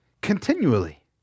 continually